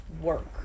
work